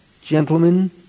Gentlemen